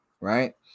right